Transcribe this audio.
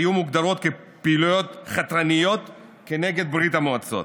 היו מוגדרות כפעילויות חתרניות כנגד ברית המועצות,